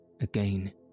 Again